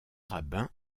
rabbin